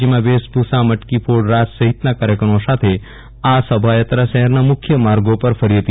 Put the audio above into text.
જેમાં વેશભૂષા મટકીફોડ રાસ સહિતના કાર્યક્રમો સાથે આ શોભાયાત્રા શહેરના મુખ્ય માર્ગો પર ફરી હતી